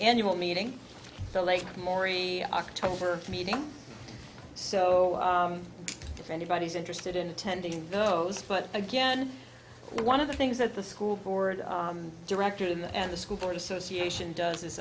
annual meeting the late maury october meeting so if anybody's interested in attending those but again one of the things that the school board directors and the school board association does is